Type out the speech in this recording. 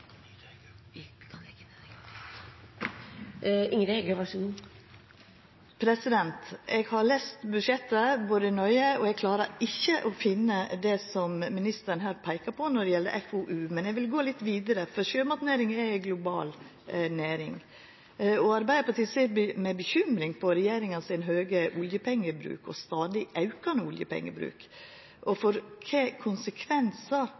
Eg har lese budsjettet, vore nøye, og eg klarer ikkje å finna det som ministeren her peikar på når det gjeld FoU. Men eg vil gå litt vidare, for sjømatnæringa er ei global næring, og Arbeidarpartiet ser med bekymring på regjeringa sin høge oljepengebruk – og stadig aukande oljepengebruk – og kva konsekvensar